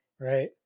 right